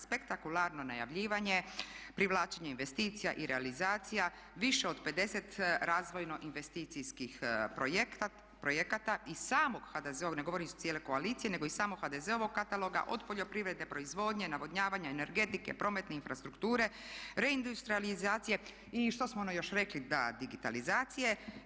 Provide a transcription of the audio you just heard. Spektakularno najavljivanje, privlačenje investicija i realizacija više od 50 razvojno investicijskih projekata iz samog HDZ-ovog, ne govorim iz cijene koalicije nego iz samo HDZ-ovog kataloga od poljoprivredne proizvodnje, navodnjavanja, energetike, prometne infrastrukture, reindustrijalizacije, i što smo ono još rekli, da, digitalizacije.